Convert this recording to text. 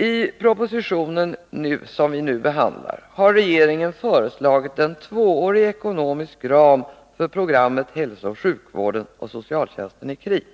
I den proposition som vi nu behandlar har regeringen föreslagit en tvåårig ekonomisk ram för programmet hälsooch sjukvården samt socialtjänsten i krig.